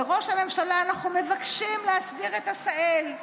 לראש הממשלה: אנחנו מבקשים להסדיר את עשהאל,